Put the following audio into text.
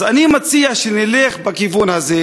אז אני מציע שנלך בכיוון הזה,